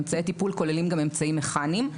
אמצעי טיפול כוללים גם אמצעים מכאניים,